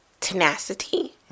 tenacity